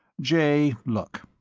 jay, look,